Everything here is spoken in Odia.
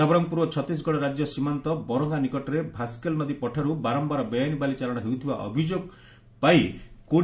ନବରଙ୍ପୁର ଓ ଛତିଶଗଡ଼ ରାଜ୍ୟ ସୀମାନ୍ତ ବର ଗାଁ ନିକଟରେ ଭାସକେଲ ନଦୀପଠାରୁ ବାରମ୍ଘାର ବେଆଇନ୍ ବାଲି ଚାଲାଶ ହେଉଥିବା ଅଭିଯୋଗ ହେଉଛି